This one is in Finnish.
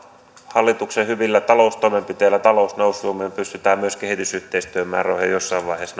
hallituksen hyvillä taloustoimenpiteillä talouden nousuun me pystymme myös kehitysyhteistyömäärärahoja jossain vaiheessa